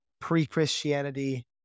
pre-Christianity